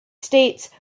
states